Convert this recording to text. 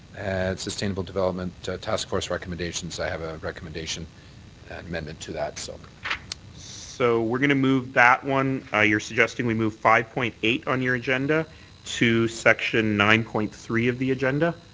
it's sustainable development taskforce recommendations. i have a recommendation and amendment to that. mayor so but so we're going to move that one ah you're suggesting we move five point eight on your agenda to section nine point three of the agenda?